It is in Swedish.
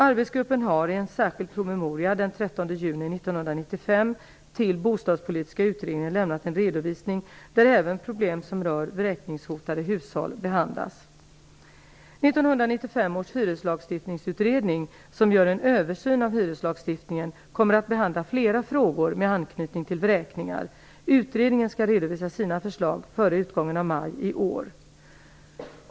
Arbetsgruppen har i en särskild promemoria den 13 juni 1995 till Bostadspolitiska utredningen lämnat en redovisning där även problem som rör vräkningshotade hushåll behandlas. som gör en översyn av hyreslagstiftningen kommer att behandla flera frågor med anknytning till vräkningar. Utredningen skall redovisa sina förslag före utgången av maj i år.